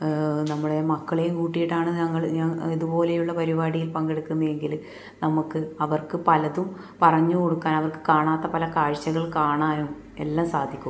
നമ്മളെ മക്കളെയും കൂട്ടിയിട്ടാണ് ഞങ്ങൾ ഞങ്ങൾ ഇതുപോലെയുള്ള പരിപാടിയിൽ പങ്കെടുക്കുന്നത് എങ്കിൽ നമുക്ക് അവർക്ക് പലതും പറഞ്ഞു കൊടുക്കാൻ അവർക്ക് കാണാത്ത പല കാഴ്ചകൾ കാണാനും എല്ലാം സാധിക്കും